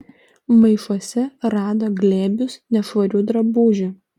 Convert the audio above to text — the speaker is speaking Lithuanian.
maišuose rado glėbius nešvarių drabužių